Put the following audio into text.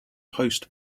post